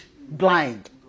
Blind